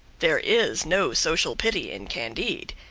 there is no social pity in candide.